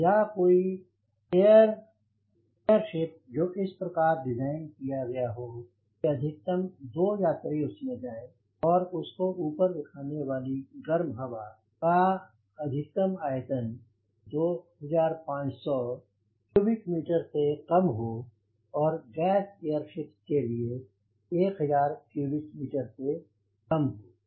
या कोई एयरसेप जो इस प्रकार डिज़ाइन किया गया हो कि अधिकतम 2 यात्री उसमें जाएं और उसको ऊपर उठाने वाली गर्म हवा या कैश का अधिकतम आयतन 2500 की विजय हो और गैस एयरशिप्स के लिए 1000 की 20 मीटर से कम है